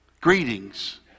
Greetings